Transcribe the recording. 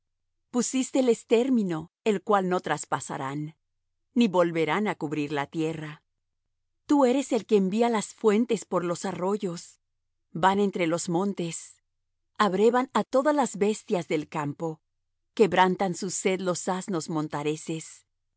les fundaste pusísteles término el cual no traspasarán ni volverán á cubrir la tierra tú eres el que envías las fuentes por los arroyos van entre los montes abrevan á todas las bestias del campo quebrantan su sed los asnos